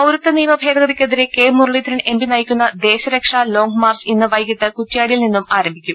പൌരത്വനിയമഭേദഗതിക്കെതിരെ K Muraleedharan MP നയിക്കുന്ന ദേശരക്ഷാ long march ഇന്ന് വൈകീട്ട് കുറ്റ്യാടിയിൽ നിന്നും ആരംഭിക്കും